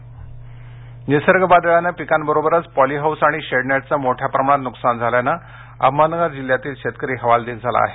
शेतकरी हवालदिल निसर्ग वादळानं पिकांबरोबरच पॉलिहाऊस आणि शेडनेटचे मोठ्या प्रमाणात नुकसान झाल्यानं अहमदनगर जिल्ह्यातला शेतकरीवर्ग हवालदिल झाला आहे